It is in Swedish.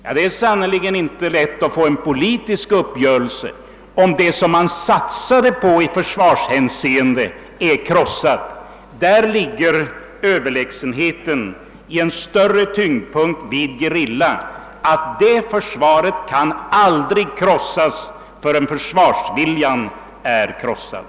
Ja, det är sannerligen inte lätt att få en politisk uppgörelse, om det som man satsat på i försvarshänseende är krossat. Överlägsenheten i ett försvar med större tyngdpunkt på gerillakriget ligger däri, att det försvaret aldrig kan krossas förrän försvarsviljan är krossad.